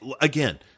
again